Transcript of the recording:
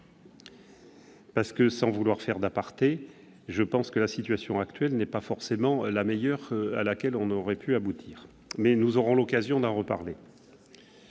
heureuses. Sans vouloir faire un aparté, je pense que la situation actuelle n'est pas forcément la meilleure à laquelle il aurait été possible d'aboutir, mais nous aurons l'occasion d'en reparler.